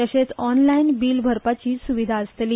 तशेच online bill भरपाची स्विधा आसतली